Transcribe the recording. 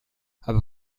aber